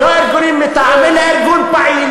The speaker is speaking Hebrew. תראה לי ארגון פעיל,